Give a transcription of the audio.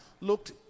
looked